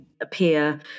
appear